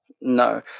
No